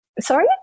sorry